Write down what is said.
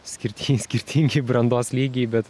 skirtingi skirtingi brandos lygiai bet